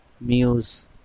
Muse